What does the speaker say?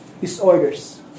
disorders